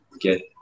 get